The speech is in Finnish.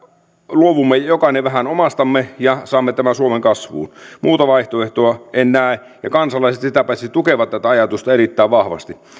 luovumme jokainen vähän omastamme ja saamme tämän suomen kasvuun muuta vaihtoehtoa en näe kansalaiset sitä paitsi tukevat tätä ajatusta erittäin vahvasti